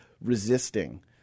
resisting